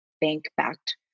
bank-backed